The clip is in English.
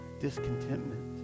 discontentment